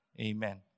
amen